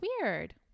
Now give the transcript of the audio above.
Weird